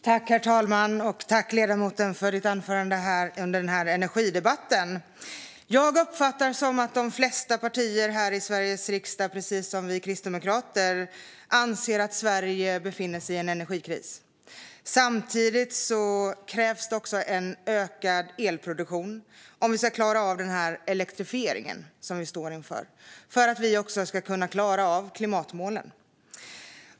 Herr talman! Tack, ledamoten, för anförandet i den här energidebatten! Jag uppfattar det som att de flesta partier här i Sveriges riksdag precis som Kristdemokraterna anser att Sverige befinner sig i en energikris. Samtidigt krävs det också en ökad elproduktion om vi ska klara av den elektrifiering som vi står inför och för att vi också ska kunna klara av klimatmålen.